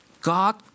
God